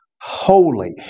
holy